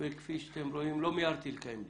וכפי שאתם רואים לא מיהרתי לקיים דיון.